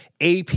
AP